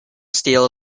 steel